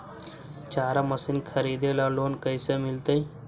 चारा मशिन खरीदे ल लोन कैसे मिलतै?